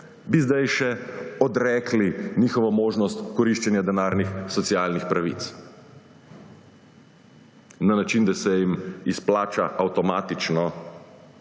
bi sedaj še odrekli možnost koriščenja denarnih socialnih pravic na način, da se jim izplača avtomatično